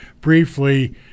briefly